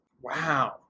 Wow